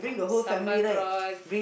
sambal prawn